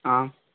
ஆ